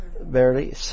Barely